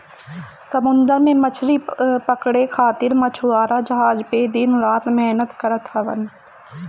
समुंदर में मछरी पकड़े खातिर मछुआरा जहाज पे दिन रात मेहनत करत हवन